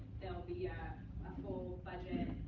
there will be a full budget